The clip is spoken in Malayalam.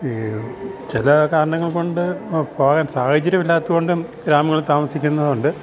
ഈ ചില കാരണങ്ങൾ കൊണ്ട് പോകാൻ സാഹചര്യമില്ലാത്ത കൊണ്ടും ഗ്രാമങ്ങളിൽ താമസിക്കുന്നവരുണ്ട്